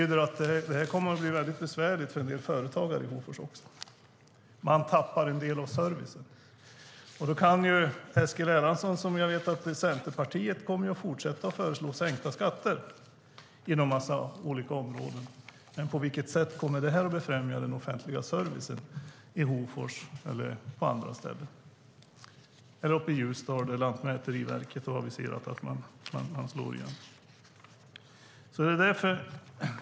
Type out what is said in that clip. Det kommer att bli väldigt besvärligt för en del företagare i Hofors. De tappar en del av servicen. Jag vet att Eskil Erlandssons och Centerpartiet kommer att fortsätta att föreslå sänkta skatter inom en massa olika områden. Men på vilket sätt kommer det att befrämja den offentliga servicen i Hofors och på andra ställen eller uppe i Ljusdal där Lantmäteriverket aviserat att man slår igen?